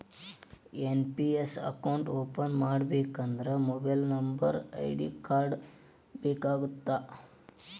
NPS account open ಮಾಡಬೇಕಂದ್ರ mobile number ID card ಬೇಕಾಗತ್ತಾ?